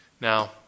Now